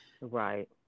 right